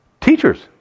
Teachers